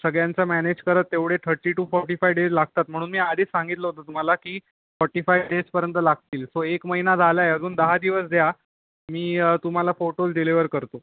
सगळ्यांचं मॅनेज करत तेवढे thirty to forty five days लागतात म्हणून मी आधीच सांगितलं होतं तुम्हाला की फोर्टी फाय डेजपर्यंत लागतील सो एक महिना झाला आहे अजून दहा दिवस द्या मी तुम्हाला फोटोज डिलिव्हर करतो